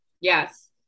Yes